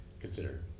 consider